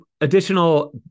additional